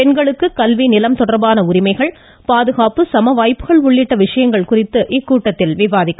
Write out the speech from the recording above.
பெண்களுக்கு கல்வி நிலம் தொடர்பான உரிமைகள் பாதுகாப்பு சமவாய்ப்புகள் உள்ளிட்ட விஷயங்கள் குறித்து இக்கூட்டத்தில் விவாதிக்கப்படும்